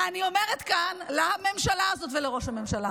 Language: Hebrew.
אני אומרת כאן לממשלה הזאת ולראש הממשלה